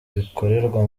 rikorerwa